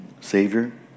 Savior